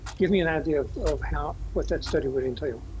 give me an idea of of how what that study would entail.